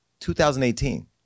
2018